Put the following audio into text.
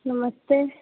नमस्ते